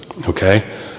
Okay